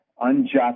unjust